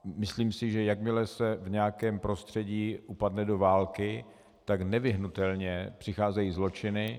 Myslím si, že jakmile se v nějakém prostředí upadne do války, tak nevyhnutelně přicházejí zločiny.